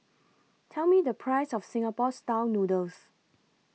Tell Me The Price of Singapore Style Noodles